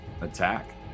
attack